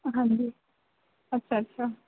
हां जी अच्छा अच्छा